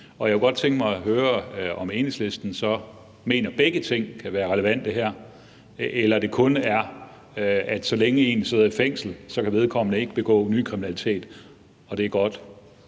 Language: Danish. Jeg kunne godt tænke mig at høre, om Enhedslisten så mener, at begge ting kan være relevante her, eller om det kun er det med, at så længe en person sidder i fængsel, kan vedkommende ikke begå ny kriminalitet, der er godt.